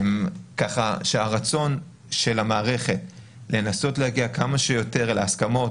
הרצון של המערכת לנסות להגיע כמה שיותר להסכמות,